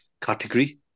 category